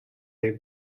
they